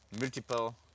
multiple